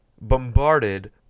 bombarded